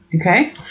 okay